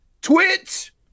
Twitch